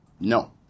No